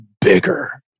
bigger